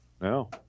No